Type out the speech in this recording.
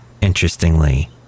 Interestingly